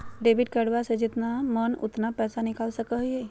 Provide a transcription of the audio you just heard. Debit कार्डबा से जितना मन उतना पेसबा निकाल सकी हय?